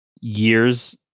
years